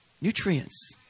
nutrients